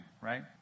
right